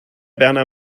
berner